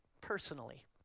personally